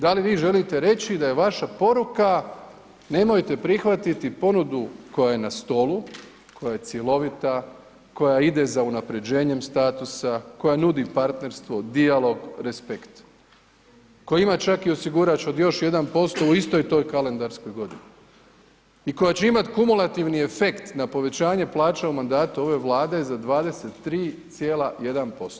Da li vi želite reći da je vaša poruka nemojte prihvatiti ponudu koja je na stolu, koja je cjelovita, koja ide za unaprjeđenjem statusa, koja nudi partnerstvo, dijalog, respekt, koja ima čak i osigurač od još 1% u istoj toj kalendarskoj godini i koja će imati kumulativni efekt na povećanje plaća u mandatu ove Vlade za 23,1%